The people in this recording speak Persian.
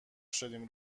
شدیم